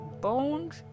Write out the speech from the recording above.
Bones